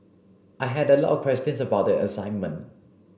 I had a lot questions about the assignment